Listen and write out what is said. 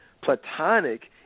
Platonic